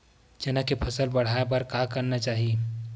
चना के फसल बढ़ाय बर का करना चाही?